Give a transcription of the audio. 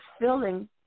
filling